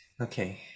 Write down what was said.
Okay